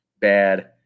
bad